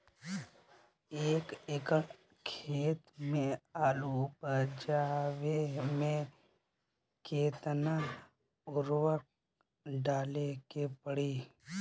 एक एकड़ खेत मे आलू उपजावे मे केतना उर्वरक डाले के पड़ी?